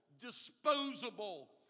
disposable